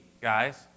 guys